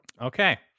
Okay